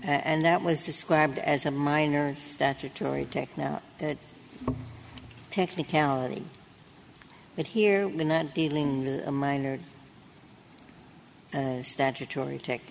and that was described as a minor statutory techno technicality but here we're not dealing with a minor statutory tech